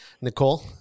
Nicole